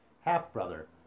half-brother